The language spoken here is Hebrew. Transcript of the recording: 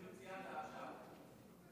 שציינת עכשיו,